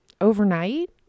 overnight